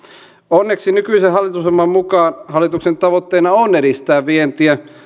onneksi nykyisen hallitusohjelman mukaan hallituksen tavoitteena on edistää vientiä